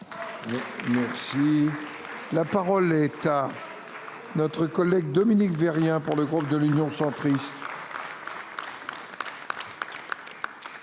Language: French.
La parole est à. Notre collègue Dominique Vérien pour le groupe de l'Union centriste.